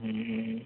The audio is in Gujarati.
હમ હમ હમ